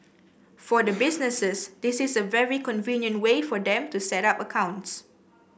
for the businesses this is a very convenient way for them to set up accounts